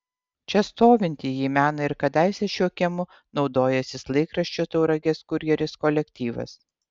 čia stovintį jį mena ir kadaise šiuo kiemu naudojęsis laikraščio tauragės kurjeris kolektyvas